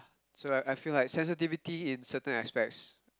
so I I feel like sensitivity in certain aspects